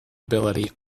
ability